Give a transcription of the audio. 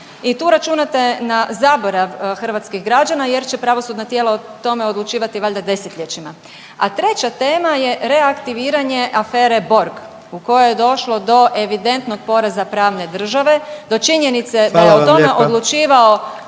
i tu računate na zaborav hrvatskih građana jer će pravosudna tijela o tome odlučivati valjda desetljećima. A treća tema je reaktiviranje afere Borg u kojoj je došlo do evidentnog poraza pravne države do činjenice …/Upadica: Hvala vam